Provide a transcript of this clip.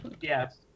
Yes